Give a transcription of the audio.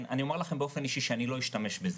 אני אומר לכם באופן אישי שאני לא אשתמש בזה,